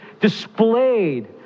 displayed